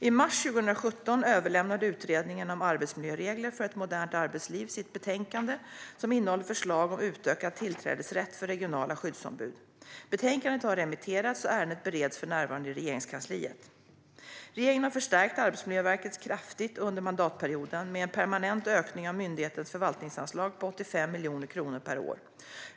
I mars 2017 överlämnade utredningen om arbetsmiljöregler för ett modernt arbetsliv sitt betänkande, som innehåller förslag om utökad tillträdesrätt för regionala skyddsombud. Betänkandet har remitterats, och ärendet bereds för närvarande i Regeringskansliet. Regeringen har förstärkt Arbetsmiljöverket kraftigt under mandatperioden, med en permanent ökning av myndighetens förvaltningsanslag på 85 miljoner kronor per år.